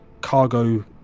cargo